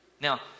Now